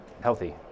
healthy